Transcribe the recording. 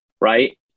right